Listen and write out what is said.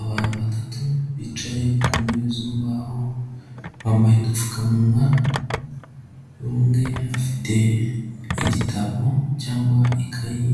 Abantu batatu bicaye ku ntebe z'urubaho, bambaye udupfukamunwa, umwe afite igitabo cyangwa ikayi